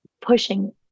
pushing